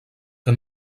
que